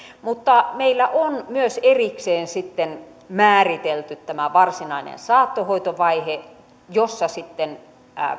mutta meillä on myös erikseen määritelty tämä varsinainen saattohoitovaihe jossa